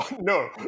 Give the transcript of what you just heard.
No